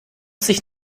sich